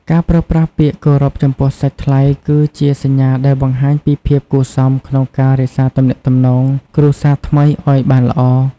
ការប្រើប្រាស់ពាក្យគោរពចំពោះសាច់ថ្លៃ គឺជាសញ្ញាដែលបង្ហាញពីភាពគួរសមក្នុងការរក្សាទំនាក់ទំនងគ្រួសារថ្មីឱ្យបានល្អ។